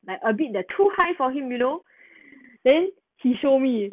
like a bit the too high for him you know then he show me